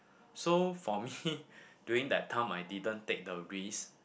so for me during that time I didn't take the risk